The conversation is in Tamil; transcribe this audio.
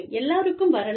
எல்லோருக்கும் வரலாம்